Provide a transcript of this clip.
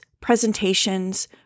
presentations